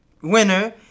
winner